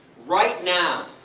right now,